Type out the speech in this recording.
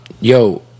Yo